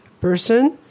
person